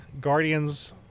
Guardians